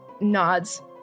nods